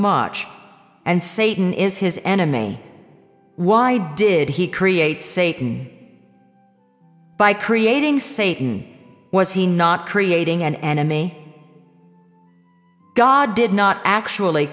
much and satan is his enemy why did he create say by creating satan was he not creating an enemy god did not actually